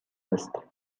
است